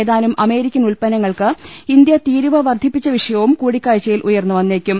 ഏതാനും അമേരിക്കൻ ഉൽപ്പന്നങ്ങൾക്ക് ഇന്ത്യ തീരുവ വർധിപ്പിച്ച വിഷ യവും കൂടിക്കാഴ്ചയിൽ ഉയർന്നു വന്നേക്കും